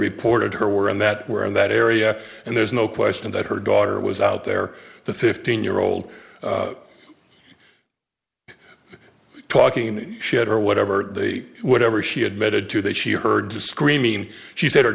reported her were in that were in that area and there's no question that her daughter was out there the fifteen year old talking shit or whatever the whatever she admitted to that she heard screaming she said her